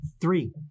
Three